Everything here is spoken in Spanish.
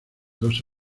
dos